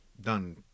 done